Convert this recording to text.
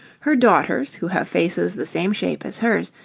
her daughters, who have faces the same shape as hers,